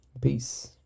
Peace